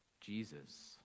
Jesus